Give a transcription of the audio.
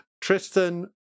Tristan